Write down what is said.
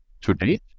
today